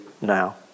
now